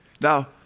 Now